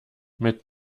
mit